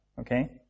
Okay